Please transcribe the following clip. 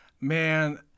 man